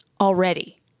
already